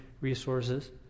resources